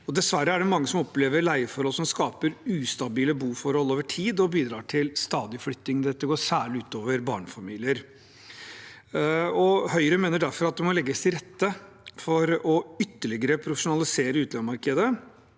Dessverre er det mange som opplever leieforhold som skaper ustabile boforhold over tid, noe som bidrar til stadig flytting. Dette går særlig ut over barnefamilier. Høyre mener derfor at det må legges til rette for ytterligere å profesjonalisere utleiemarkedet,